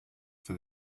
for